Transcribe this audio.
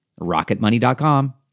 Rocketmoney.com